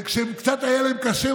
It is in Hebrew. וכשקצת היה להם קשה,